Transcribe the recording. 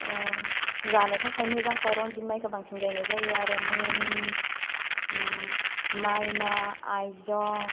जानो थाखाय मोजांखाय रनजिथ मायखौ बांसिन गायनाय जायो आरो मोनि उम माइमा आइजं